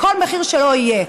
בכל מחיר שלא יהיה.